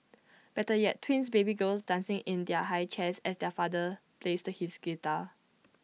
better yet twins baby girls dancing in their high chairs as their father plays his guitar